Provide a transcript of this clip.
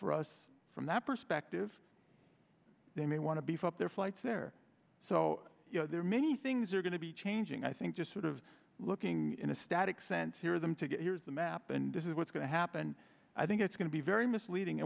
for us from that perspective they may want to beef up their flights there so you know there are many things are going to be changing i think just sort of looking in a static sense here them to get here's the map and this is what's going to happen i think it's going to be very misleading